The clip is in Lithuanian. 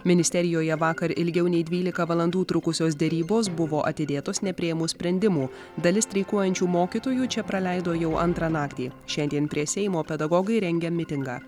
ministerijoje vakar ilgiau nei dvylika valandų trukusios derybos buvo atidėtos nepriėmus sprendimų dalis streikuojančių mokytojų čia praleido jau antrą naktį šiandien prie seimo pedagogai rengia mitingą